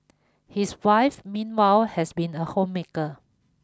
his wife meanwhile has been a homemaker